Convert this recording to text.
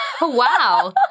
Wow